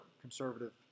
conservative